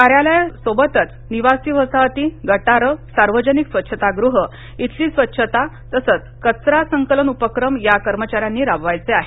कार्यालय परिसरासोबतच निवासी वसाहती गटारं सार्वजनिक स्वच्छतागृहं इथली स्वच्छता तसंच कचरा संकलन उपक्रम या कर्मचाऱ्यांनी राबवायचे आहेत